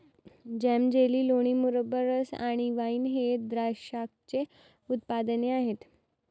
जेम, jelly, लोणी, मुरब्बा, रस आणि वाइन हे द्राक्षाचे उत्पादने आहेत